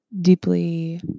deeply